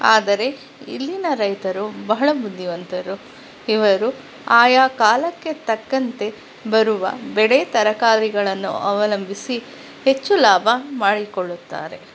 ಆದರೆ ಇಲ್ಲಿನ ರೈತರು ಬಹಳ ಬುದ್ಧಿವಂತರು ಇವರು ಆಯಾ ಕಾಲಕ್ಕೆ ತಕ್ಕಂತೆ ಬರುವ ಬೆಳೆ ತರಕಾರಿಗಳನ್ನು ಅವಲಂಬಿಸಿ ಹೆಚ್ಚು ಲಾಭ ಮಾಡಿಕೊಳ್ಳುತ್ತಾರೆ